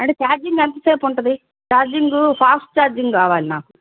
అండి ఛార్జింగ్ ఎంతసేపు ఉంటది ఛార్జింగు ఫాస్ట్ ఛార్జింగ్ కావాలి నాకు